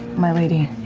my lady?